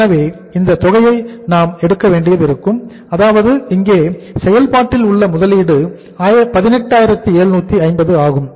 எனவே இந்தத் தொகையை நாம் எடுக்க வேண்டியிருக்கும் அதாவது இங்கே செயல்பாட்டில் உள்ள முதலீடு 18750 ஆகும்